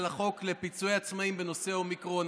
על החוק לפיצויי עצמאים בנושא אומיקרון,